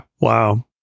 Wow